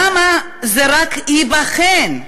למה זה רק ייבחן?